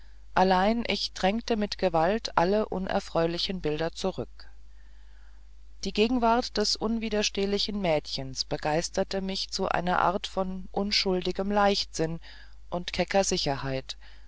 allein ich drängte mit gewalt alle unerfreulichen bilder zurück die gegenwart des unwiderstehlichen mädchens begeisterte mich zu einer art von unschuldigem leichtsinn und kecker sicherheit